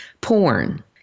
porn